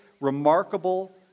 remarkable